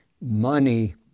money